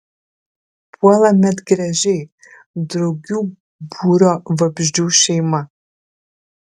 puola medgręžiai drugių būrio vabzdžių šeima